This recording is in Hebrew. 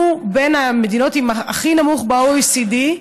אנחנו בין המדינות עם הכי נמוך ב-OECD,